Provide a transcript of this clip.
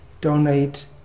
donate